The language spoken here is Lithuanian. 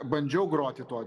bandžiau groti tuo